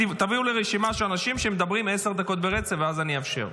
תביאו לי רשימה של אנשים שמדברים עשר דקות ברצף ואז אני אאפשר.